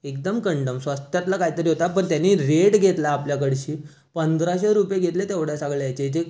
एकदम कंडम स्वस्त्यातला काहीतरी होता पण त्यांनी रेट घेतला आपल्या कडशी पंधराशे रुपये घेतले तेवढ्या सगळ्याचे